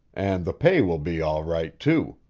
and the pay will be all right, too.